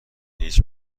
هیچ